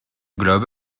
globe